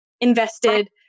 invested